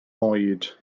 oed